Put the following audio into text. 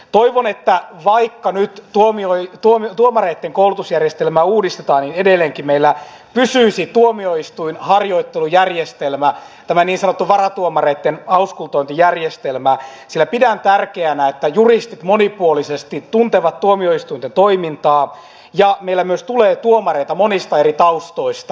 toivon että vaikka nyt tuomareitten koulutusjärjestelmää uudistetaan niin edelleenkin meillä pysyisi tuomioistuinharjoittelujärjestelmä tämä niin sanottu varatuomareitten auskultointijärjestelmä sillä pidän tärkeänä että juristit monipuolisesti tuntevat tuomioistuinten toimintaa ja meillä myös tulee tuomareita monista eri taustoista